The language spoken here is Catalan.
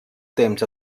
temps